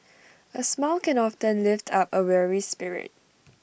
A smile can often lift up A weary spirit